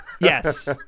Yes